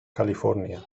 california